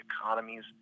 economies